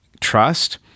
trust